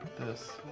this. i